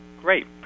Great